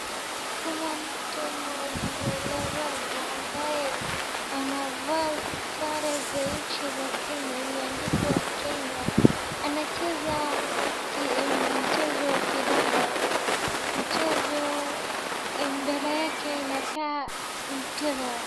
Kuna mtu mlemavu ambaye anavaa sare za inchi ya Kenya imeandikwa Kenya. Anacheza mchezo wa kidanda mchezo mbele yake inakaa mpira